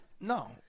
No